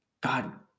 God